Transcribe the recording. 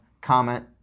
comment